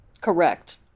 Correct